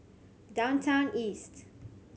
Downtown East